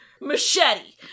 machete